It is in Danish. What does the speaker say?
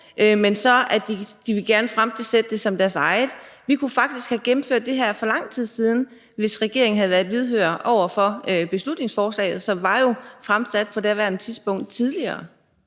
men så gerne vil fremsætte som deres eget. Vi kunne faktisk have gennemført det her for lang tid siden, hvis regeringen havde været lydhør over for beslutningsforslaget, som jo på daværende tidspunkt havde været